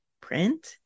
print